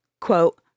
Quote